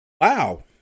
Wow